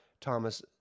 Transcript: Thomas